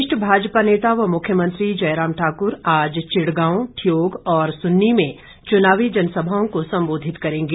वरिष्ठ भाजपा नेता व मुख्यमंत्री जयराम ठाक्र आज चिड़गांव ठियोग और सुन्नी में चुनावी जनसभाओं को संबोधित करेंगे